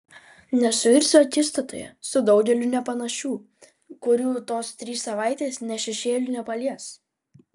nesuirsiu akistatoje su daugeliu nepanašių kurių tos trys savaitės nė šešėliu nepalies